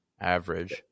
average